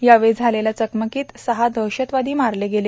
यावेळी झालेल्या चकमकीत सहा दहशतवादी मारले गेले